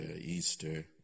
Easter